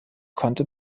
konnte